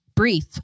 brief